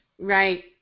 Right